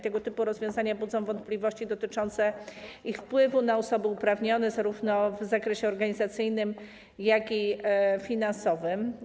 Tego typu rozwiązania budzą wątpliwości dotyczące ich wpływu na osoby uprawnione, zarówno w zakresie organizacyjnym jak i finansowym.